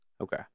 Okay